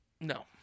No